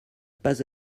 pas